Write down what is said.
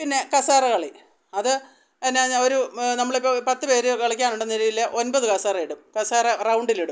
പിന്നെ കസേരകളി അത് പിന്നെ എന്നാൽ ഒരു നമ്മളിപ്പോൾ പത്തു പേർ കളിക്കുകയാണെന്നുണ്ടെന്നരീതിയിൽ ഒൻപത് കസേരയിടും കസേര റൗണ്ടിലിടും